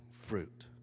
fruit